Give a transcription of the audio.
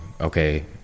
okay